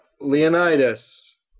Leonidas